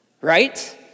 right